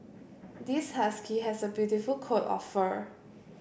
this husky has a beautiful coat of fur